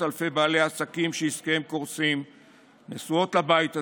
אלפי בעלי עסקים שעסקיהם קורסים נשואות לבית הזה,